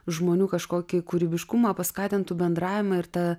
žmonių kažkokį kūrybiškumą paskatintų bendravimą ir tą